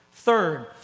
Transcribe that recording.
Third